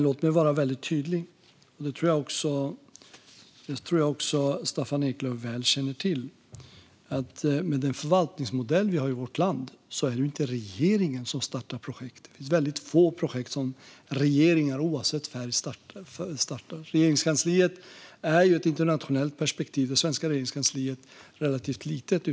Låt mig vara väldigt tydlig med - och jag tror också att Staffan Eklöf väl känner till detta - att med den förvaltningsmodell som vi har i vårt land är det inte regeringen som startar projekt. Det är väldigt få projekt som regeringar, oavsett färg, startar. Vårt svenska regeringskansli är i ett internationellt perspektiv relativt litet.